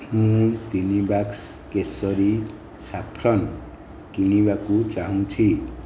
ମୁଁ ତିନି ବାକ୍ସ କେସରୀ ସାଫ୍ରନ୍ କିଣିବାକୁ ଚାହୁଁଛି